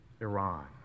Iran